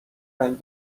رنگ